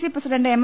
C president M